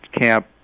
camp